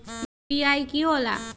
UPI कि होला?